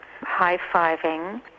high-fiving